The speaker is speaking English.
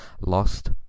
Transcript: Lost